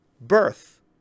birth